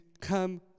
come